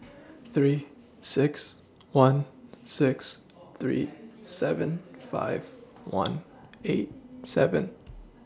three six one six three seven five one eight seven